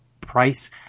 price